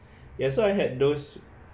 ya so I had those